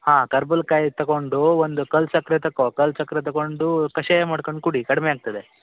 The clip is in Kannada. ಹಾಂ ಕರ್ಬಲ್ ಕಾಯಿ ತಗೊಂಡು ಒಂದು ಕಲ್ಲು ಸಕ್ಕರೆ ತಗೋ ಕಲ್ಲು ಸಕ್ಕರೆ ತಗೊಂಡು ಕಷಾಯ ಮಾಡ್ಕೊಂಡು ಕುಡಿ ಕಡಿಮೆ ಆಗ್ತದೆ